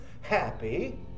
happy